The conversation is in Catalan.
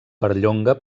perllonga